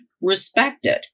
respected